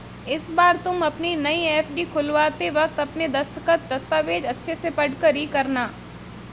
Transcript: इस बार तुम अपनी नई एफ.डी खुलवाते वक्त अपने दस्तखत, दस्तावेज़ अच्छे से पढ़कर ही करना